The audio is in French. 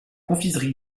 confiserie